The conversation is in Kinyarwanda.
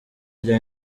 rya